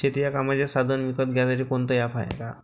शेतीच्या कामाचे साधनं विकत घ्यासाठी कोनतं ॲप हाये का?